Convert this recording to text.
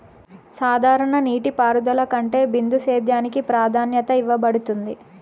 సాధారణ నీటిపారుదల కంటే బిందు సేద్యానికి ప్రాధాన్యత ఇవ్వబడుతుంది